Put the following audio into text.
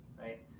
right